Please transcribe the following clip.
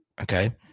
Okay